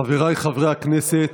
חבריי חברי הכנסת,